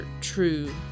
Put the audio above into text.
true